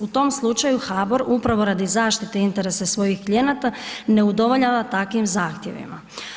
U tom slučaju HBOR upravo radi zaštite interesa svojih klijenata ne udovoljava takvim zahtjevima.